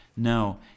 No